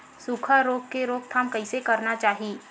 सुखा रोग के रोकथाम कइसे करना चाही?